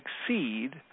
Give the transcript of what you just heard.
succeed